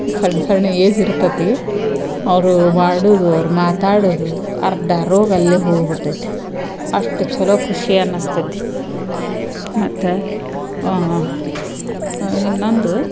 ಸಣ್ಣ ಸಣ್ಣ ಏಜ್ ಇರ್ತತೆ ಅವ್ರು ಮಾಡೋದು ಅವ್ರು ಮಾತಾಡೋದು ಅರ್ಧ ರೋಗ ಅಲ್ಲೆ ಹೋಗ್ಬಿಡ್ತೈತೆ ಅಷ್ಟು ಚಲೋ ಖುಷಿ ಅನ್ನಸ್ತೈತೆ ಮತ್ತೆ ಇನ್ನೊಂದು